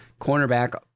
cornerback